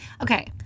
Okay